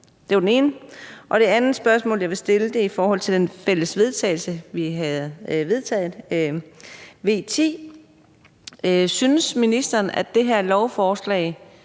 Det var det ene. Og det andet spørgsmål, jeg vil stille, er i forhold til det fælles forslag til vedtagelse, vi har vedtaget, V 10: Synes ministeren, at det her lovforslag